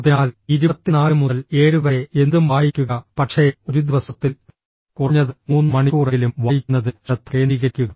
അതിനാൽ ഇരുപത്തിനാല് മുതൽ ഏഴ് വരെ എന്തും വായിക്കുക പക്ഷേ ഒരു ദിവസത്തിൽ കുറഞ്ഞത് മൂന്ന് മണിക്കൂറെങ്കിലും വായിക്കുന്നതിൽ ശ്രദ്ധ കേന്ദ്രീകരിക്കുക